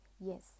Yes